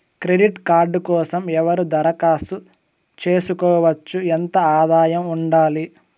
Credit card కోసం ఎవరు దరఖాస్తు చేసుకోవచ్చు? ఎంత ఆదాయం ఉండాలి?